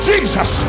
Jesus